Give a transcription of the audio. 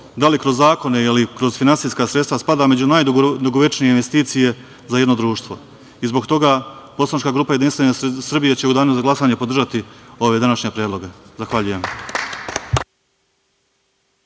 da li kroz zakone ili kroz finansijska sredstva spada među najdugovečnije investicije za jedno društvo. Zbog toga Poslanička grupa JS će u danu za glasanje podržati ove današnje predloge. Zahvaljujem.